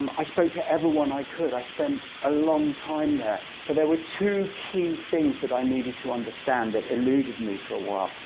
um i spoke to everyone i could. i spent a long time there, but there were two key things that i needed to understand that eluded me for a while.